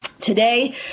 Today